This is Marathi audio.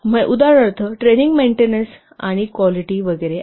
उदाहरणार्थ ट्रेनिंग मेंटेनन्स आणि क्वालिटी वगैरे आहे